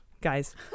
guys